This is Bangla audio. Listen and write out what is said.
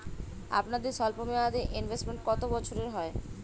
আপনাদের স্বল্পমেয়াদে ইনভেস্টমেন্ট কতো বছরের হয়?